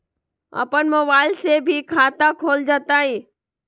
अपन मोबाइल से भी खाता खोल जताईं?